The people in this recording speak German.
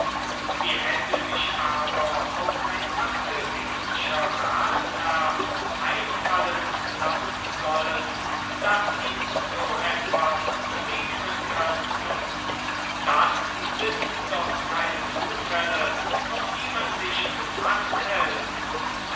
wie hätte sich aber auch ein abderitischer ratsherr einfallen lassen sollen daß ihm so etwas begegnen könnte dies sind doch keine zufälle auf die man sich gefaßt hält